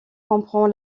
comprend